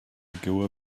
ago